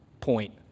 point